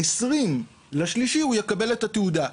ב-20 במרץ הוא יקבל את התעודה.